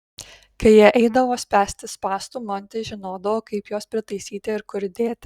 kai jie eidavo spęsti spąstų montis žinodavo kaip juos pritaisyti ir kur dėti